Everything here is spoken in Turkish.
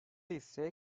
ise